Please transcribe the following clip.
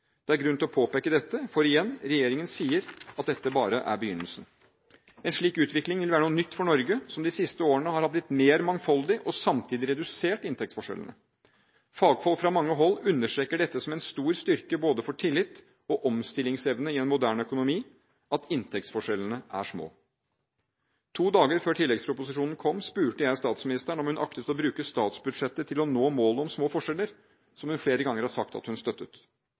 Det er grunn til å påpeke dette, for – igjen – regjeringen sier selv at dette bare er begynnelsen. En slik utvikling vil være noe nytt for Norge, som de siste årene har blitt mer mangfoldig og samtidig har redusert inntektsforskjellene. Fagfolk fra mange hold understreker at det er en stor styrke for både tillit og omstillingsevne i en moderne økonomi at inntektsforskjellene er små. To dager før tilleggsproposisjonen kom, spurte jeg statsministeren om hun aktet å bruke statsbudsjettet til å nå målet om små forskjeller, som hun flere ganger har sagt at hun støttet.